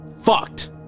fucked